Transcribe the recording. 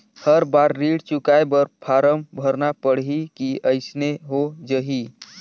हर बार ऋण चुकाय बर फारम भरना पड़ही की अइसने हो जहीं?